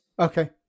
Okay